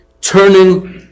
turning